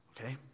Okay